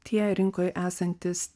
tie rinkoj esantys